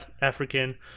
African